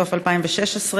סוף 2016,